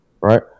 right